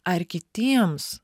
ar kitiems